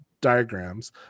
diagrams